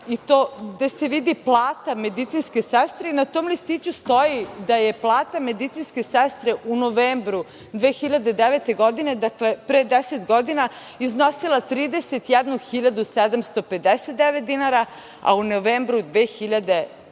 i to gde se vidi plata medicinske sestre i na tom listiću stoji da je plata medicinske sestre u novembru 2009. godine, dakle pre 10 godina, iznosila 31.759 dinara, a u novembru 2019.